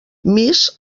miss